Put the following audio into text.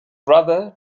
brother